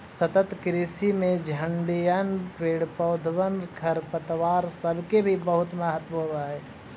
सतत कृषि में झड़िअन, पेड़ पौधबन, खरपतवार सब के भी बहुत महत्व होब हई